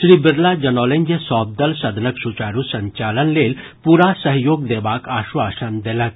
श्री बिड़ला जनौलनि जे सभ दल सदनक सुचारू संचालन लेल पूरा सहयोग देबाक आश्वासन देलक